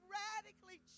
radically